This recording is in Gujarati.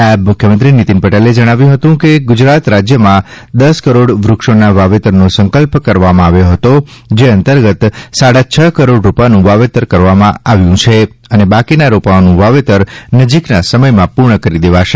નાયબ મુખ્યમંત્રી નીતીન પટેલે જણાવ્યું હતું કે ગુજરાત રાજયમાં દશ કરોડ વૃક્ષોના વાવેતરનો સંકલ્પ કરવામાં આવ્યો હતો જે અંતર્ગત સાડા છ કરોડ રોપાનું વાવેતર કરવામાં આવ્યું છે અને બાકીના રોપાઓનું વાવેતર નજીકના સમયમાં પુર્ણ કરી દેવાશે